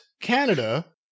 Canada